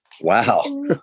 Wow